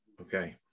Okay